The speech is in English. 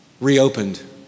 reopened